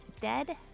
Dead